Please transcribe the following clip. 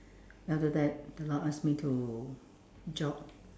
then after that the Lord asked me to jog